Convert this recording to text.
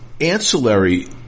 ancillary